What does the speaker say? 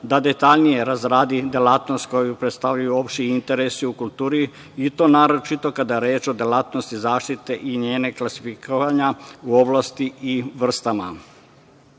da detaljnije razradi delatnost koju predstavljaju opšti interesi u kulturi i to naročito kada je reč o delatnosti zaštite i njenog klasifikovanja u oblasti i vrstama. Našim